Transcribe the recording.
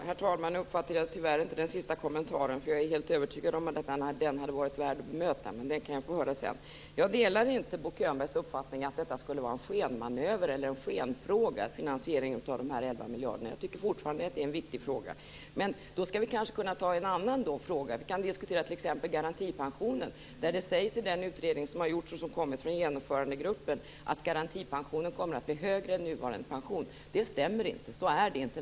Herr talman! Nu uppfattade jag tyvärr inte den sista kommentaren. Jag är helt övertygad om att den hade varit värd att bemöta. Men den kan jag får höra sedan. Jag delar inte Bo Könbergs uppfattning att detta med finansieringen av de 11 miljarderna skulle vara en skenmanöver eller en skenfråga. Jag tycker fortfarande att det är en viktig fråga. Men då kan vi kanske ta upp en annan fråga. Vi kan t.ex. diskutera garantipensionen. Det sägs i den utredning som har gjorts och som har kommit från genomförandegruppen att garantipensionen kommer att bli högre än nuvarande pension. Det stämmer inte. Så är det inte.